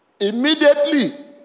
immediately